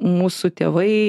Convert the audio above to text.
mūsų tėvai